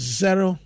zero